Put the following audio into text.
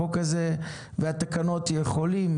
החוק הזה והתקנות יכולים,